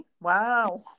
Wow